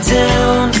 down